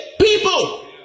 people